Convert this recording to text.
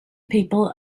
people